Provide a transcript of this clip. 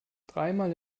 dreimal